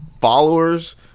followers